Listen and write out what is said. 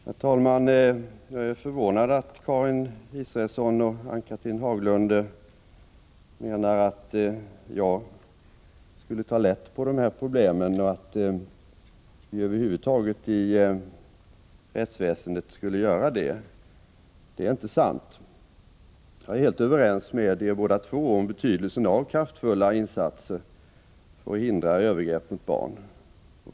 Herr talman! Jag är förvånad över att Karin Israelsson och Ann-Cathrine Haglund menar att jag, liksom rättsväsendet över huvud taget, skulle ta lätt på de här problemen. Det förhåller sig inte på det sättet. Jag är helt överens med er båda om betydelsen av kraftfulla insatser för att hindra övergrepp mot barn.